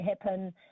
happen